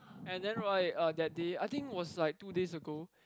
and then right uh that day I think was like two days ago